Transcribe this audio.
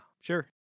Sure